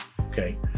Okay